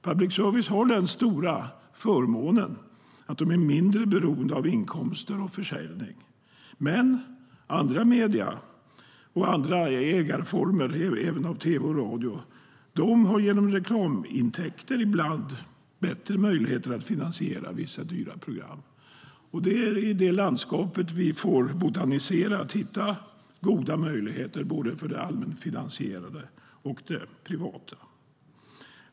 Public service har den stora förmånen att de är mindre beroende av inkomster och försäljning, men andra medier och andra ägarformer inom tv och radio har genom reklamintäkter ibland bättre möjligheter att finansiera vissa dyra program. Det är i det landskapet vi får botanisera för att hitta goda möjligheter både för det allmänfinansierade för och det privata.